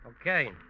Okay